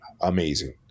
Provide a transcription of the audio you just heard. amazing